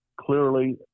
clearly